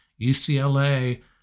UCLA